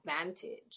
advantage